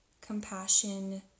compassion